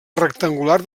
rectangular